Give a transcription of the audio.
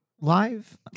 live